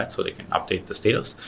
so they can update the status,